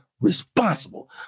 responsible